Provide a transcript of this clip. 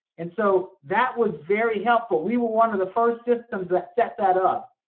and so that was very helpful. we were one of the first systems that set that up.